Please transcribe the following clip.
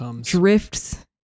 drifts